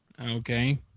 Okay